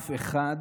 שאף אחד